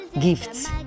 gifts